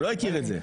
הוא לא הכיר את זה.